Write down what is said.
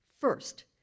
first